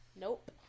Nope